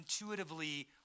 intuitively